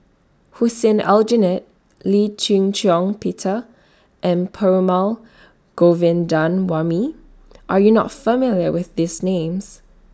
Hussein Aljunied Lee Shih Shiong Peter and Perumal Govindaswamy Are YOU not familiar with These Names